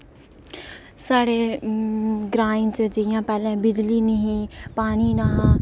साढ़े ग्राएं च जि'यां पैह्लें बिजली निं ही पानी नेहा